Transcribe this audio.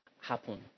happen